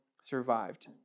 survived